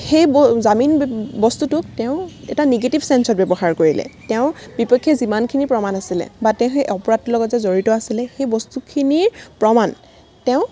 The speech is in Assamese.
সেই ব জামিন বস্তুটোক তেওঁ এটা নিগেটিভ ছেঞ্চত ব্যৱহাৰ কৰিলে তেওঁৰ বিপক্ষে যিমানখিনি প্ৰমাণ আছিলে বা তেওঁ সেই অপৰাধটোৰ লগত যে জড়িত আছিলে সেই বস্তুখিনিৰ প্ৰমাণ তেওঁ